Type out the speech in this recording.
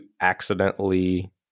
accidentally